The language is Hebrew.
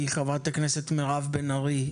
חברת הכנסת מירב בן ארי,